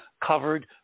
covered